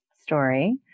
story